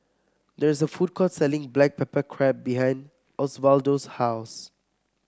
there is a food court selling Black Pepper Crab behind Osvaldo's house